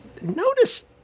Notice